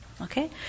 Okay